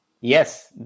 yes